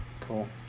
Cool